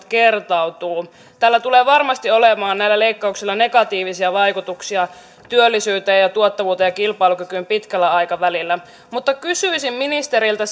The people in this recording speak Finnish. kertautuvat näillä leikkauksilla tulee varmasti olemaan negatiivisia vaikutuksia työllisyyteen ja tuottavuuteen ja kilpailukykyyn pitkällä aikavälillä mutta kysyisin ministeriltä